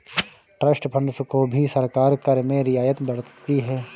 trust funds को भी सरकार कर में रियायत बरतती है